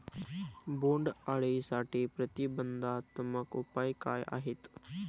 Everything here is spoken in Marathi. बोंडअळीसाठी प्रतिबंधात्मक उपाय काय आहेत?